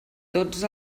tots